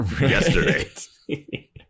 yesterday